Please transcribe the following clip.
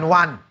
one